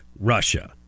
Russia